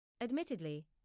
Admittedly